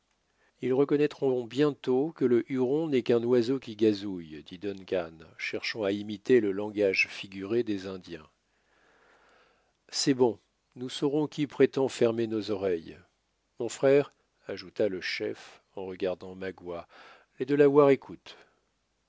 ils reconnaîtront bientôt que le huron n'est qu'un oiseau qui gazouille dit duncan cherchant à imiter le langage figuré des indiens c'est bon nous saurons qui prétend fermer nos oreilles mon frère ajouta le chef en regardant magua les delawares écoutent